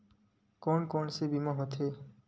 कोन कोन से बीमा होथे?